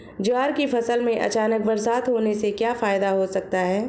ज्वार की फसल में अचानक बरसात होने से क्या फायदा हो सकता है?